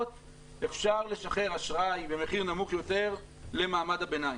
אפשר לשחרר אשראי במחיר נמוך יותר למעמד הביניים.